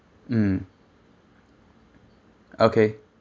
mm okay